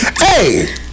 Hey